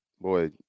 Boy